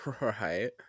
Right